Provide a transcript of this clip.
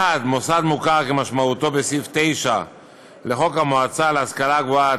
(1) מוסד מוכר כמשמעותו בסעיף 9 לחוק המועצה להשכלה גבוהה,